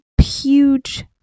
huge